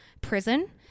prison